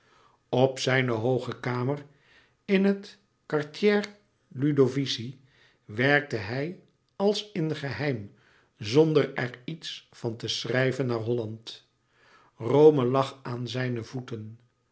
op zijne hooge kamer in het quartiere ludovisi werkte hij als in geheim zonder er iets van te schrijven naar holland rome lag aan zijne voeten